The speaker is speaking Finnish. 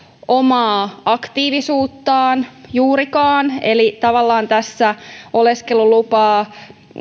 omaa aktiivisuuttaan juurikaan eli tavallaan oleskelulupaa